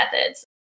methods